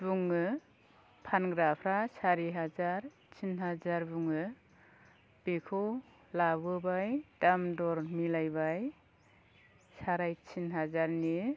बुङो फानग्राफ्रा सारि हाजार थिन हाजार बुङो बेखौ लाबोबाय दाम दर मिलायबाय साराय थिन हाजारनि